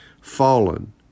Fallen